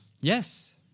Yes